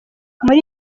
muri